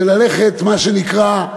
של ללכת מה שנקרא,